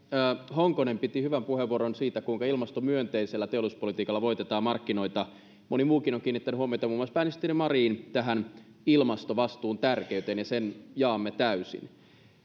honkonen piti hyvän puheenvuoron siitä kuinka ilmastomyönteisellä teollisuuspolitiikalla voitetaan markkinoita moni muukin muun muassa pääministeri marin on kiinnittänyt huomiota ilmastovastuun tärkeyteen ja sen jaamme täysin